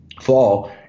fall